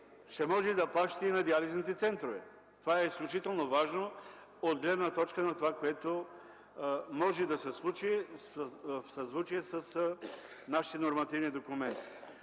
ще може да плащате и на диализните центрове? Това е изключително важно от гледна точка на това, което може да се случи в съзвучие с нашите нормативни документи.